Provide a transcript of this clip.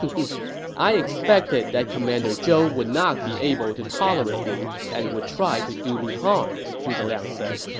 um i expected that commander zhou would not be able to tolerate me and would try to do me harm, zhuge liang said.